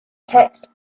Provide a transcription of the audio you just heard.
text